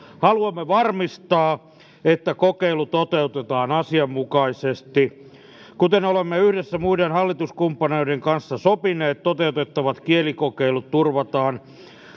haluamme varmistaa että kokeilu toteutetaan asianmukaisesti kuten olemme yhdessä muiden hallituskumppaneiden kanssa sopineet toteutettavat kielikokeilut turvataan